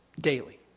Daily